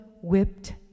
whipped